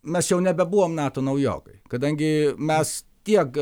mes jau nebebuvom nato naujokai kadangi mes tiek